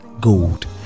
gold